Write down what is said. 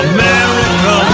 America